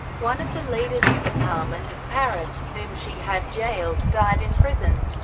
one of the leaders of the parlement of paris, whom she had jailed, died in prison.